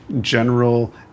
General